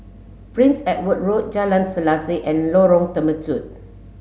Prince Edward Road Jalan Selaseh and Lorong Temechut